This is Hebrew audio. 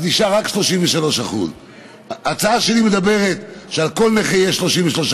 נשאר רק 33%. ההצעה שלי אומרת שעל כל נכה יהיו 33%,